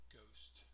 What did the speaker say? ghost